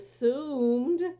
assumed